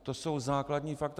To jsou základní fakta.